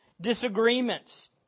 disagreements